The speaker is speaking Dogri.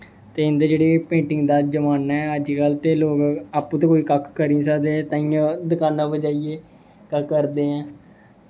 ते इं'दा जेह्ड़ा पेंटिंग दा जमान्ना ऐ अज्ज कल ते लोग आपूं ते कक्ख करी निं सकदे तां गै दकानां पर जाइयै गै करदे ऐं